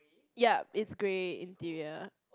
yeap it's grey interior